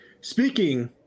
Speaking